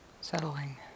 settling